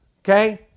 okay